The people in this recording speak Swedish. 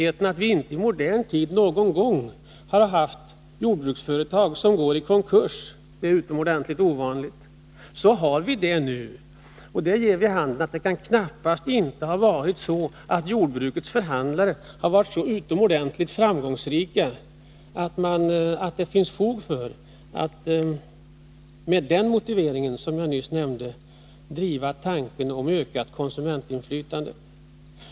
Medan vi i modern tid inte har haft jordbruksföretag som går i konkurs — det har i varje fall varit utomordentligt ovanligt — så har vi det nu. Och det ger vid handen att det knappast kan ha varit så, att jordbrukets förhandlare har varit så utomordentligt framgångsrika att det finns fog för att med den motivering som jag nyss nämnde driva tanken om ökat konsumentinflytande.